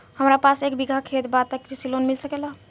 हमरा पास एक बिगहा खेत बा त कृषि लोन मिल सकेला?